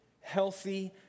healthy